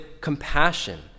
compassion